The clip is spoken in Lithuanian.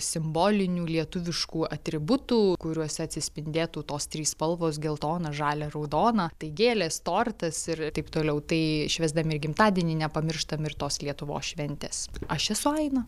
simbolinių lietuviškų atributų kuriuose atsispindėtų tos trys spalvos geltoną žalią raudoną tai gėlės tortas ir taip toliau tai švęsdami gimtadienį nepamirštam ir tos lietuvos šventės aš esu aina